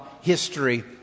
history